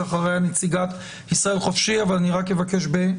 בבקשה בקצרה כי אנחנו